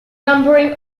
numbering